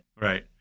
Right